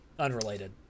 Unrelated